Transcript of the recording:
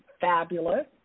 fabulous